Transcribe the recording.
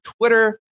Twitter